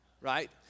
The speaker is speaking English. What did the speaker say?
Right